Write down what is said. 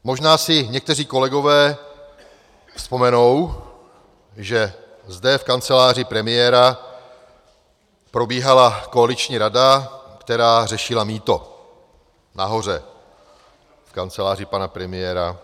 Možná si někteří kolegové vzpomenou, že zde v kanceláři premiéra probíhala koaliční rada, která řešila mýto, nahoře v kanceláři pana premiéra.